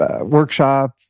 workshop